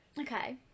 okay